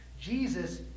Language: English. Jesus